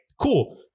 Cool